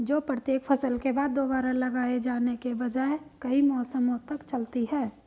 जो प्रत्येक फसल के बाद दोबारा लगाए जाने के बजाय कई मौसमों तक चलती है